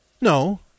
No